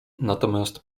natomiast